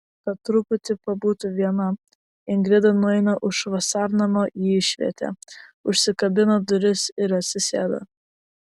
kad truputį pabūtų viena ingrida nueina už vasarnamio į išvietę užsikabina duris ir atsisėda